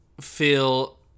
feel